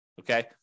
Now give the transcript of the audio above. Okay